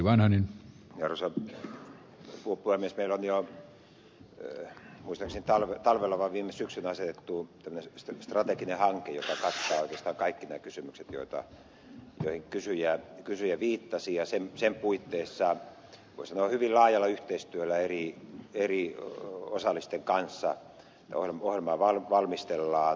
meillä on jo muistaakseni talvella tai viime syksynä asetettu tämmöinen strateginen hanke joka kattaa oikeastaan kaikki nämä kysymykset joihin kysyjä viittasi ja sen puitteissa voi sanoa hyvin laajalla yhteistyöllä eri osallisten kanssa ohjelmaa valmistellaan